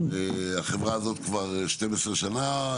החברה הזו כבר 12 שנה,